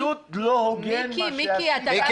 זה פשוט לא הוגן מה שעשית --- מיקי,